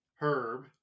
Herb